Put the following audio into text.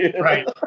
right